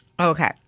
Okay